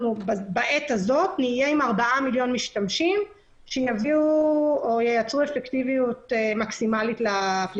ארבעה מיליון משתמשים שייצרו אפקטיביות מקסימלית.